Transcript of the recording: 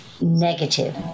negative